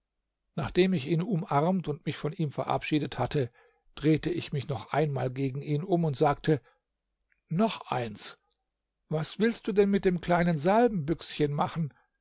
nachdem ich ihn umarmt und mich von ihm verabschiedet hatte drehte ich mich noch einmal gegen ihn um und sagte noch eins was willst du denn mit dem kleinen salbenbüchschen machen